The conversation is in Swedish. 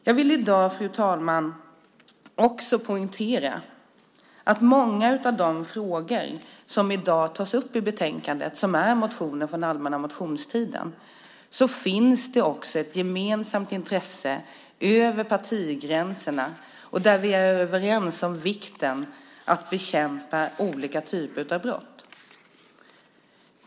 Jag vill i dag, fru talman, också poängtera att det i många frågor som tas upp i dagens betänkande, som innehåller motioner från allmänna motionstiden, finns ett gemensamt intresse över partigränserna. Vi är överens om vikten av att bekämpa olika typer av brott.